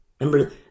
Remember